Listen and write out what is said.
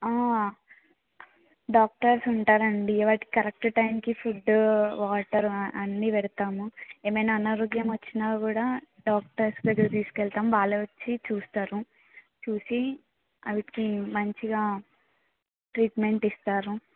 doctors ఉంటారండి వాటికి correct టైంకి ఫుడ్ వాటర్ అన్నీ వెడతాము ఏమైనా అనారోగ్యం వచ్చినా కూడా డాక్టర్స్ దగ్గరకి తీసుకెళ్తాం వాళ్ళు వచ్చి చూస్తారు చూసి వాటికి మంచిగా ట్రీట్మెంట్ ఇస్తారు